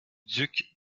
duc